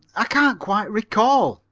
i can't quite recall,